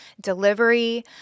delivery